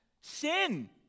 sin